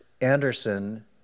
anderson